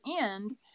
end